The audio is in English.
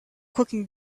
cooking